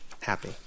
happy